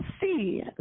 see